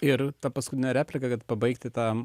ir tą paskutinę repliką kad pabaigti tą